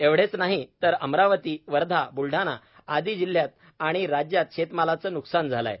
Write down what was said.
एवढेच नाही तर अमरावती वर्धा ब्लढाणा आदी जिल्ह्यात व राज्यात शेतमालाचे नुकसान झाले आहे